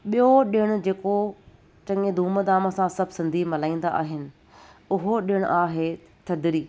ॿियो ॾिणु जेको चङे धूम धाम सां सभु सिंधी मल्हाईंदा आहिनि उहो ॾिणु आहे थधिड़ी